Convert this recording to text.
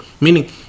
Meaning